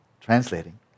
translating